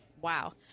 Wow